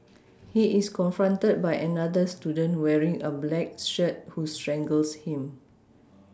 he is confronted by another student wearing a black shirt who strangles him